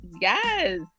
Yes